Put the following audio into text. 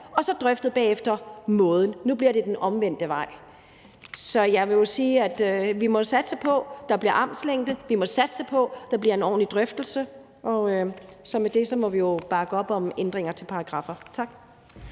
og så bagefter have drøftet måden. Nu bliver det i den omvendte rækkefølge. Så jeg vil sige, at vi jo må satse på, at der bliver et armslængdeprincip, og vi må satse på, at der bliver en ordentlig drøftelse, og med det må vi jo bakke op om at lave ændringer til paragraffer. Tak.